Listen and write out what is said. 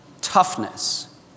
toughness